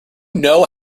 know